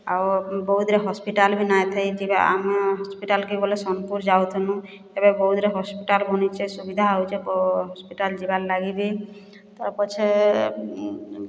ଆଉ ବୌଦ୍ଧ୍ରେ ହସ୍ପିଟାଲ୍ ବି ନାଇଁ ଥାଇ ଯିବା ଆମ ହସ୍ପିଟାଲ୍କେ ଗଲେ ସୋନ୍ପୁର୍ ଯାଉଥିନୁ ଏବେ ବୌଦ୍ଧ୍ରେ ହସ୍ପିଟାଲ୍ ବନିଚେ ସୁବିଧା ହୋଉଚେ ହସ୍ପିଟାଲ୍ ଯିବାର୍ ଲାଗି ବି ତାପଛେ